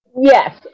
Yes